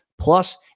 plus